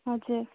हजुर